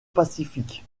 pacific